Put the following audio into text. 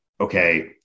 okay